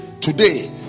today